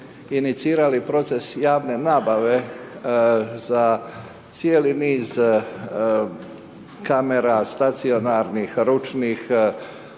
inicirali proces javne nabave za cijeli niz kamera, stacionarnih ručnih,